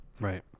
Right